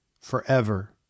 forever